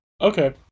Okay